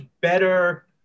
better